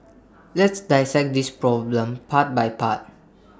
let's dissect this problem part by part